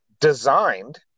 designed